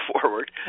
forward